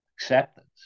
acceptance